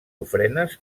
ofrenes